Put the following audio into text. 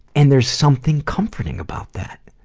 and there's something comforting about that.